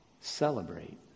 celebrate